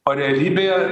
o realybėje